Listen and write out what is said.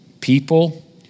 people